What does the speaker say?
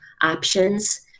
options